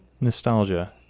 nostalgia